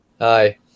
Hi